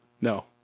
No